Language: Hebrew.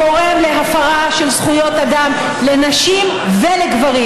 גורם להפרה של זכויות אדם לנשים ולגברים.